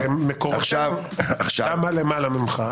זה ממקורותינו - דע מה למעלה ממך.